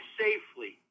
safely